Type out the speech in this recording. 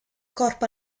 corpo